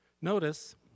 Notice